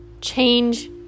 change